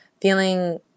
feeling